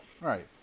Right